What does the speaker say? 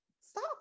Stop